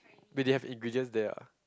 but they have ingredients there what